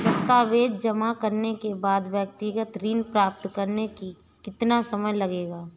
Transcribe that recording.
दस्तावेज़ जमा करने के बाद व्यक्तिगत ऋण प्राप्त करने में कितना समय लगेगा?